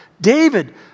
David